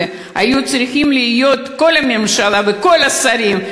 היו צריכים להיות כל הממשלה וכל השרים,